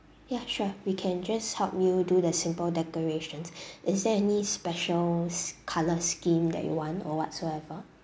ya sure we can just help you do the simple decorations is there any specials colour scheme that you want or whatsoever